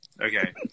Okay